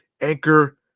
anchor